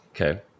okay